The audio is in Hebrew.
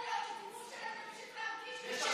לא יכול להיות שציבור שלם ימשיך להרגיש שאתה לא מייצג אותו.